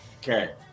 Okay